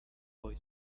boy